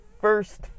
first